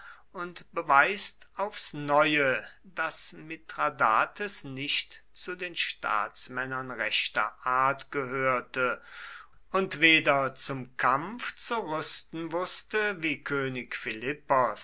und beweist nur aufs neue daß mithradates nicht zu den staatsmännern rechter art gehörte und weder zum kampf zu rüsten wußte wie könig philippos